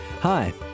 Hi